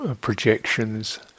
projections